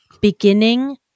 Beginning